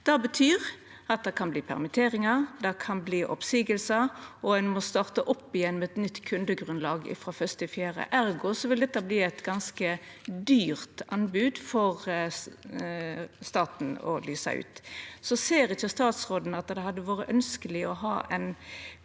det betyr at det kan verta permitteringar, det kan verta oppseiingar, og ein må starta opp igjen med eit nytt kundegrunnlag frå 1. april. Ergo vil dette verta eit ganske dyrt anbod for staten å lysa ut. Ser ikkje statsråden at det hadde vore ønskeleg å ha ein